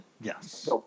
Yes